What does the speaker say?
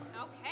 Okay